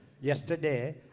yesterday